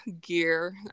gear